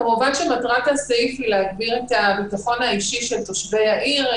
כמובן שמטרת הסעיף היא להגביר את הביטחון האישי של תושבי העיר.